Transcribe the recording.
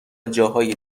جاهای